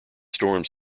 storms